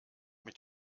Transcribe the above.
mit